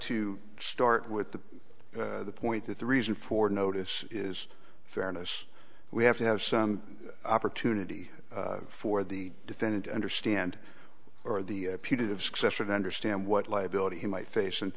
to start with the point that the reason for notice is fairness we have to have some opportunity for the defendant understand or the putative successor to understand what liability he might face and